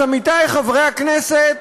אז עמיתי חברי הכנסת,